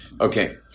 Okay